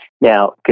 Now